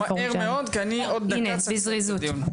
רק מהר מאוד כי אני עוד דקה צריך לסיים את הדיון.